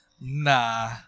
Nah